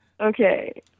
Okay